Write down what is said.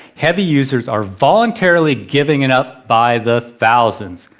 heavy users are voluntarily giving it up by the thousands.